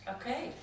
Okay